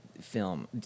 film